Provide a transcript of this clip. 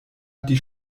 die